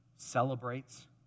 celebrates